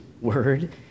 word